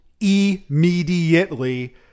immediately